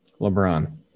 LeBron